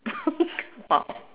!wow!